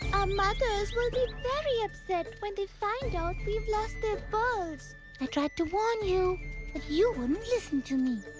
our mothers will be very upset when they find out we've lost their pearls. i tried to warn you, but you wouldn't listen to me.